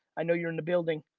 i know you're in the building.